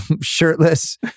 shirtless